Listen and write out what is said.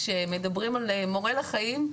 כשמדברים על מורה לחיים,